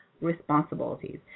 responsibilities